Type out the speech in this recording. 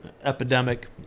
epidemic